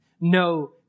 no